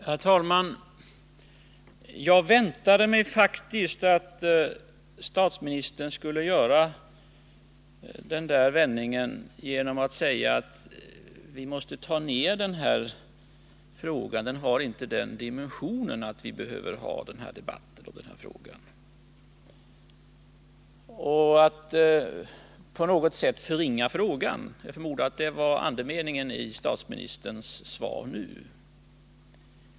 Herr talman! Jag väntade mig faktiskt att statsministern skulle göra den vändningen och säga att vi måste ta ned frågan; den har inte en sådan dimension att vi behöver ha den här debatten om den. Jag väntade mig att statsministern på något sätt skulle förringa frågan, och jag förmodar att det också var andemeningen i hans svar nu.